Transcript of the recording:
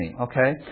Okay